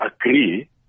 agree